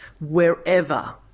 wherever